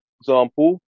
example